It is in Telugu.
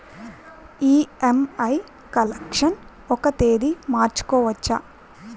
ఇ.ఎం.ఐ కలెక్షన్ ఒక తేదీ మార్చుకోవచ్చా?